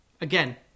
Again